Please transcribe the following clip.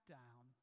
down